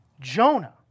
Jonah